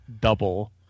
double